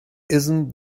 isn’t